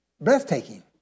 breathtaking